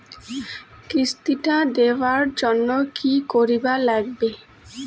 কিস্তি টা দিবার জন্যে কি করির লাগিবে?